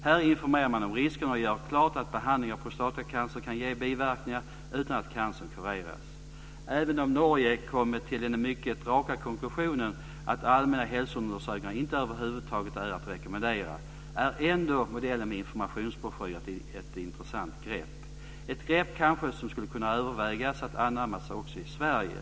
Här informerar man om riskerna och gör klart att behandling av prostatacancer kan ge biverkningar utan att cancern kureras. Även om Norge kommit till den mycket raka konklusionen att allmänna hälsoundersökningar inte över huvud taget är att rekommendera, är ändå modellen med informationsbroschyr ett intressant grepp. Det är ett grepp som kanske kunde övervägas att anammas också i Sverige.